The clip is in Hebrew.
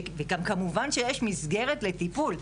וכמובן שיש מסגרת לטיפול.